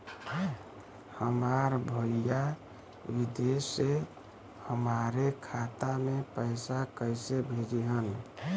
हमार भईया विदेश से हमारे खाता में पैसा कैसे भेजिह्न्न?